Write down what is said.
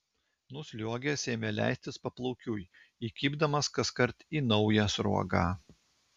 nusliuogęs ėmė leistis paplaukiui įkibdamas kaskart į naują sruogą